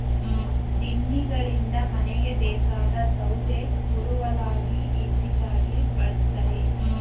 ದಿಮ್ಮಿಗಳಿಂದ ಮನೆಗೆ ಬೇಕಾದ ಸೌದೆ ಉರುವಲಾಗಿ ಇದ್ದಿಲಾಗಿ ಬಳ್ಸತ್ತರೆ